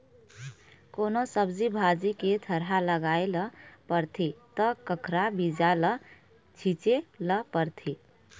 कोनो सब्जी भाजी के थरहा लगाए ल परथे त कखरा बीजा ल छिचे ल परथे